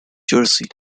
jersey